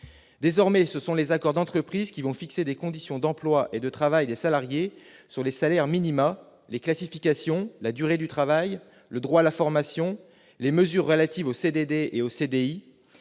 Désormais, ce sont les accords d'entreprise qui fixeront les conditions d'emploi et de travail des salariés en matière de salaires minima, de classifications, de durée du travail, de droit à la formation, de mesures relatives aux CDD, aux CDI